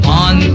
on